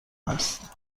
است